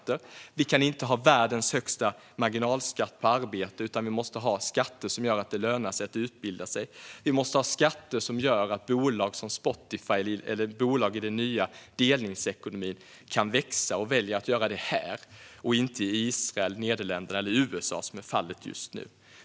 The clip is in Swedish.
Vi kan inte ha världens högsta marginalskatt på arbete, utan vi måste ha skatter som gör att det lönar sig att utbilda sig. Vi måste ha skatter som gör att bolag som Spotify eller bolag i den nya delningsekonomin kan växa och väljer att göra det här och inte i Israel, Nederländerna eller USA som är fallet just nu.